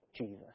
Jesus